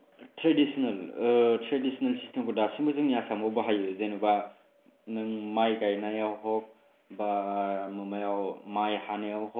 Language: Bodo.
ट्रेडिसनेल ओ ट्रेडिसनेल सिस्टेमखौ दासिमबो जोंनि आसामाव बाहायो जेनबा नों माइ गायनायाव हख बा माइ हानायाव हख